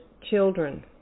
children